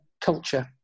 culture